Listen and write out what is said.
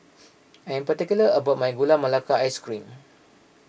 I am particular about my Gula Melaka Ice Cream